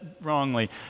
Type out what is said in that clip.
wrongly